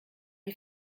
die